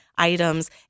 items